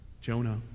Jonah